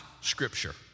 Scripture